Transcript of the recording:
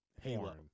Halo